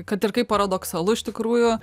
kad ir kaip paradoksalu iš tikrųjų